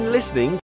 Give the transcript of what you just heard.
listening